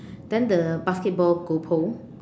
then the basketball goal pole